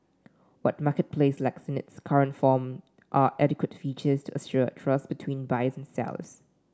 what marketplace lacks in its current form are adequate features to assure trust between buyers and sellers